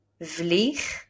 Vlieg